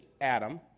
Adam